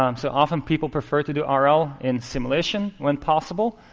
um so often, people prefer to do ah rl in simulation when possible.